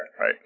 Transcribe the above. Right